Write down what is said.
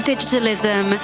digitalism